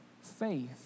faith